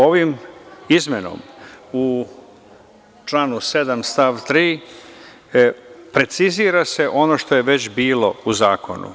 Ovim izmenama u članu 7. stav 3. precizira se ono što je već bilo u zakonu.